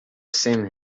seen